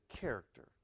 character